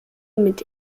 mit